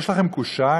יש לכם קושאן?